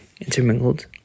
intermingled